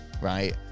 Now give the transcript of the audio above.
right